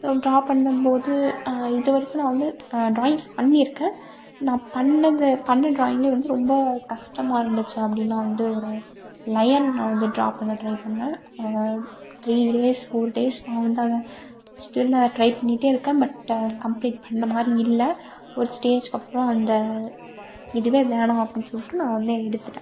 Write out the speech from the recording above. so draw பண்ணும்போது இது வரைக்கும் நான் வந்து ட்ராயிங்ஸ் பண்ணிருக்கேன் நான் பண்ணது பண்ண ட்ராயிங்ல வந்து ரொம்ப கஷ்ட்டமாக இருந்துச்சு அப்படின்னா வந்து ஒரு லயன் நான் வந்து ட்ரா பண்ண ட்ரை பண்ண த்ரீ டேஸ் ஃபோர் டேஸ் நான் வந்து அதை ஸ்டில்லாக ட்ரை பண்ணிகிட்டே இருக்கேன் பட்டு கம்ப்ளீட் பண்ண மாதிரி இல்லை ஒரு ஸ்டேஜ்க்கு அப்புறோம் அந்த இதுவே வேணாம் அப்படினு சொல்லிட்டு நான் வந்து எடுத்துட்டேன்